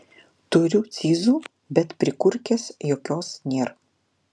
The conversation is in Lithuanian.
turiu cyzų bet prikurkės jokios nėr